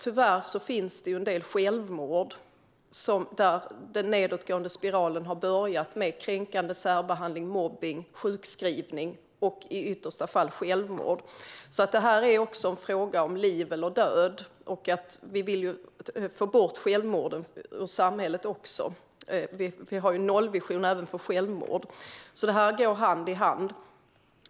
Tyvärr finns det en del fall där den nedåtgående spiralen har börjat med kränkande särbehandling, mobbning och sjukskrivning och i yttersta fall slutat med självmord. Detta är alltså även en fråga om liv eller död. Vi vill få bort självmorden ur samhället - vi har en nollvision även för självmord. Dessa saker går hand i hand.